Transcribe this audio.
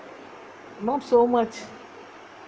not so much